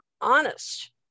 honest